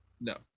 No